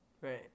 Right